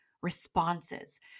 responses